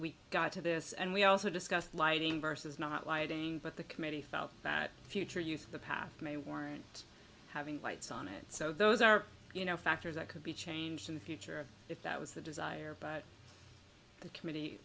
we got to this and we also discussed lighting vs not lighting but the committee felt that future use of the past may warrant having lights on it so those are you know factors that could be changed in the future if that was the desire but the committee